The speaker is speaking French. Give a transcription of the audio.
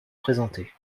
présenter